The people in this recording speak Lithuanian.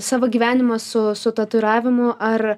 savo gyvenimą su su tatuiravimu ar